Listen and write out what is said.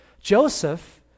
Joseph